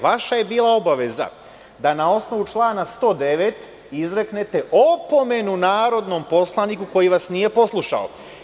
Vaša je bila obaveza da na osnovu člana 109. izreknete opomenu narodnom poslaniku koji vas nije poslušao.